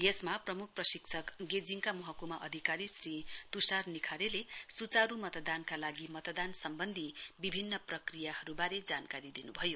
यसामा प्रमुख प्रशिक्षण गेजिङका महक्मा अधिकारी श्री तुषार निखरेले सुचारू मतदानका लागि मतदान सम्वन्धी विभिन्न प्रक्रियाहरूबारे जानकारी दिन्भयो